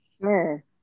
Sure